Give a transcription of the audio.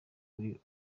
kuri